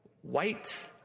White